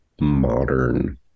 modern